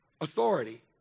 authority